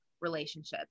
relationships